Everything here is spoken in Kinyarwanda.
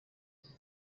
twari